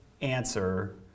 answer